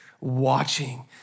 watching